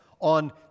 on